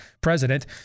president